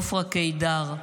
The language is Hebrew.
עופרה קידר,